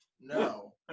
No